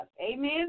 Amen